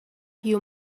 you